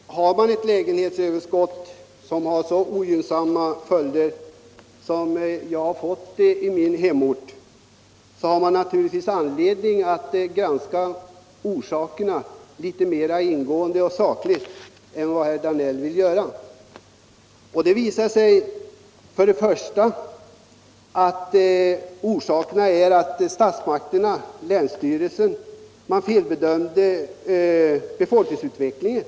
Herr talman! Uppstår ett lägenhetsöverskott med så ogynnsamma följder som i min hemort, har man naturligtvis anledning att granska orsakerna litet mer ingående och sakligt än herr Danell vill göra. För det första har länsstyrelsen felbedömt befolkningsutvecklingen.